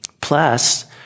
Plus